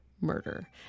murder